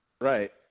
Right